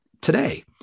today